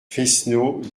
fesneau